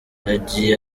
yagiye